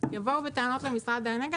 יבואו בטענות למשרד האנרגיה,